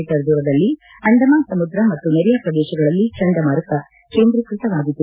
me ದೂರದಲ್ಲಿ ಅಂಡಮಾನ ಸಮುದ್ರ ಮತ್ತು ನೆರೆಯ ಪ್ರದೇಶಗಳಲ್ಲಿ ಚಂಡಮಾರುತ ಕೇಂದ್ರೀಕೃತವಾಗಿದೆ